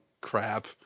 crap